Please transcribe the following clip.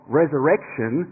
resurrection